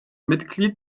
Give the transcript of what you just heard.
mitglied